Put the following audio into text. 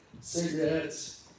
cigarettes